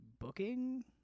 booking